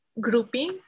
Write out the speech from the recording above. grouping